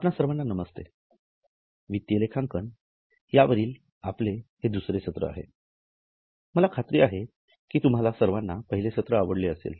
आपणा सर्वांना नमस्ते वित्तीय लेखांकन या वरील हे आपले दुसरे सत्र आहे मला खात्री आहे की तुम्हाला पहिले सत्र आवडले असेल